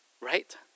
Right